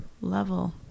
level